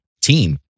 team